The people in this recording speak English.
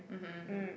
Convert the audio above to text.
mmhmm mmhmm